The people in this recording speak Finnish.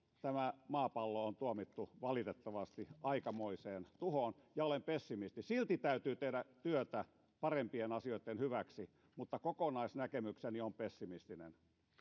tämä maapallo on tuomittu valitettavasti aikamoiseen tuhoon ja olen pessimisti silti täytyy tehdä työtä parempien asioitten hyväksi mutta kokonaisnäkemykseni on pessimistinen